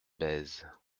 bèze